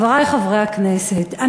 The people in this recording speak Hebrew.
חברי חברי הכנסת,